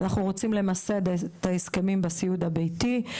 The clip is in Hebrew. אנחנו רוצים למסד את ההסכמים בסיעוד הביתי.